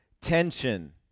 tension